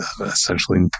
essentially